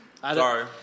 Sorry